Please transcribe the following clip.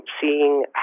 Seeing